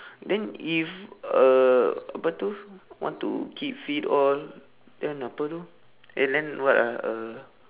then if uh apa itu want to keep fit all then apa itu eh then what ah uh